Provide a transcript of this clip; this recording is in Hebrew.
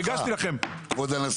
סליחה, כבוד הנשיא.